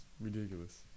ridiculous